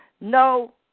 no